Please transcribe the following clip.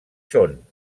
són